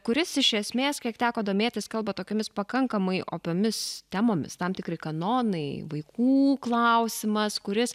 kuris iš esmės kiek teko domėtis kalba tokiomis pakankamai opiomis temomis tam tikri kanonai vaikų klausimas kuris